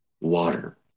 water